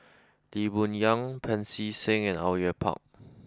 Lee Boon Yang Pancy Seng and Au Yue Pak